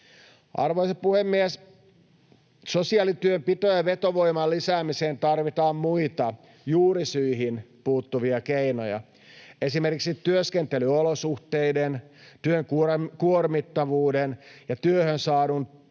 Arvoisa puhemies! Sosiaalityön pito- ja vetovoiman lisäämiseen tarvitaan muita, juurisyihin puuttuvia keinoja. Esimerkiksi työskentelyolosuhteiden, työn kuormittavuuden ja työhön saadun tuen